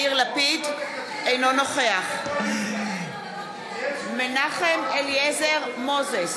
אינו נוכח מנחם אליעזר מוזס,